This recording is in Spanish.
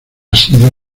sido